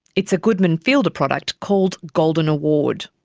it's a goodman fielder product called golden award.